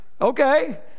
Okay